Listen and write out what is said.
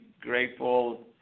grateful